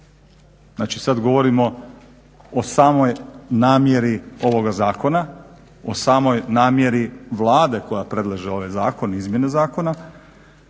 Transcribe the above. znači sad govorimo o samoj namjeri ovoga zakona, o samoj namjeri Vlade koja predlaže ovaj zakon i izmjene zakona,